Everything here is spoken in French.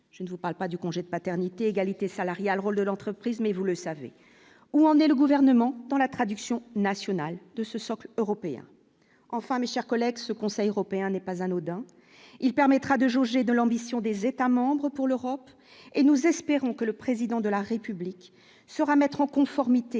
je ne vous parle pas du congé de paternité, égalité salariale, rôle de l'entreprise, mais vous le savez, où en est le gouvernement dans la traduction nationale de ce socle européen enfin, mes chers collègues, ce Conseil européen n'est pas anodin, il permettra de jauger de l'ambition des États membres pour l'Europe et nous espérons que le président de la République sera mettre en conformité